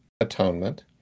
atonement